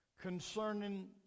concerning